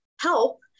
help